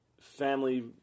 family